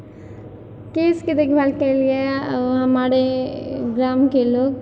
केशके देखभालके लिए हमारे ग्रामके लोग